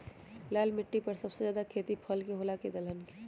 लाल मिट्टी पर सबसे ज्यादा खेती फल के होला की दलहन के?